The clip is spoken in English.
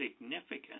significant